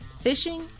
fishing